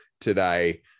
today